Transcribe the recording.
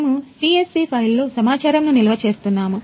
మేము CSV ఫైల్లో సమాచారమును నిల్వ చేస్తున్నాము